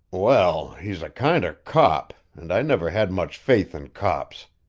well, he's a kind of cop, and i never had much faith in cops,